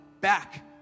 back